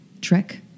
trick